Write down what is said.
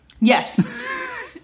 Yes